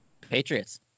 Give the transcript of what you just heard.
Patriots